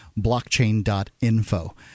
blockchain.info